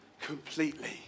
completely